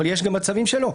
אבל יש גם מצבים שלא.